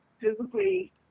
physically